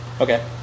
Okay